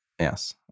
Yes